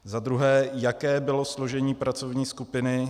Za druhé, jaké bylo složení pracovní skupiny.